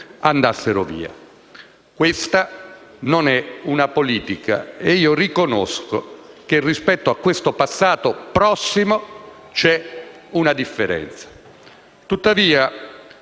andassero via. Questa non è una politica e io riconosco che, rispetto a questo passato prossimo, c'è una differenza. Signor